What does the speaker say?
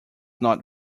not